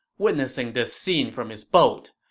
witnessing this scene from his boat,